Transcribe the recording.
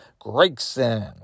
Gregson